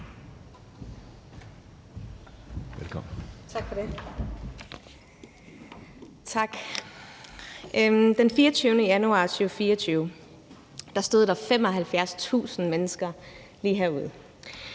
Den 14. januar 2024 stod der 75.000 mennesker lige herude.